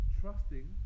trusting